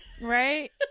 Right